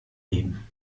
leben